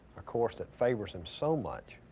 a course that favor some so much